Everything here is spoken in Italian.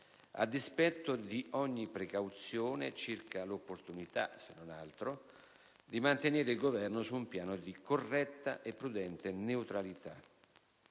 a dispetto di ogni precauzione circa l'opportunità, se non altro, di mantenere il Governo su un piano di corretta e prudente neutralità.